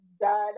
done